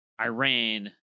Iran